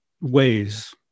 ways